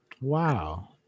Wow